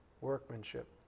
workmanship